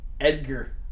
Edgar